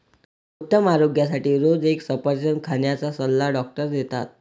उत्तम आरोग्यासाठी रोज एक सफरचंद खाण्याचा सल्ला डॉक्टर देतात